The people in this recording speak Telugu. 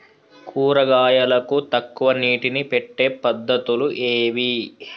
కూరగాయలకు తక్కువ నీటిని పెట్టే పద్దతులు ఏవి?